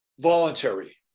voluntary